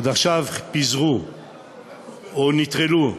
עד עכשיו פיזרו או נטרלו,